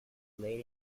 late